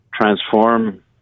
transform